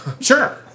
Sure